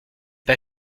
pas